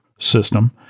System